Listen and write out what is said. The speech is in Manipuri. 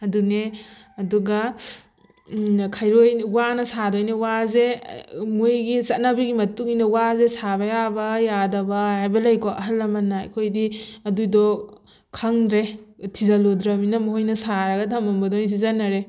ꯑꯗꯨꯅꯦ ꯑꯗꯨꯒ ꯈꯩꯔꯣꯏ ꯋꯥꯅ ꯁꯥꯗꯣꯏꯅꯦ ꯋꯥꯁꯦ ꯃꯣꯏꯒꯤ ꯆꯠꯅꯕꯤꯒꯤ ꯃꯇꯨꯡꯏꯟꯅ ꯋꯥꯁꯦ ꯁꯥꯕ ꯌꯥꯕ ꯌꯥꯗꯕ ꯍꯥꯏꯕ ꯂꯩꯀꯣ ꯑꯍꯟ ꯂꯃꯟꯅ ꯑꯩꯈꯣꯏꯗꯤ ꯑꯗꯨꯗꯣ ꯈꯪꯗ꯭ꯔꯦ ꯊꯤꯖꯜꯂꯨꯗ꯭ꯔꯝꯅꯤꯅ ꯃꯈꯣꯏꯅ ꯁꯥꯔꯒ ꯊꯅꯝꯕꯗꯣ ꯑꯣꯏꯅ ꯁꯤꯖꯤꯟꯅꯔꯦ